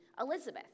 Elizabeth